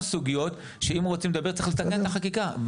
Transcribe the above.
סוגיות שאם רוצים לדבר צריך לתקן את החקיקה,